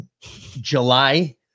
july